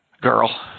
Girl